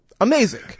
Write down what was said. amazing